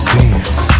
dance